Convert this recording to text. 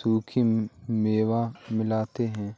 सूखे मेवे मिलाते हैं